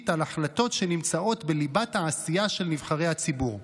על החלטות שנמצאות בליבת העשייה של נבחרי הציבור.